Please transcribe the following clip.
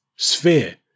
sphere